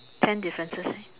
ten differences